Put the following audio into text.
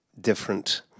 different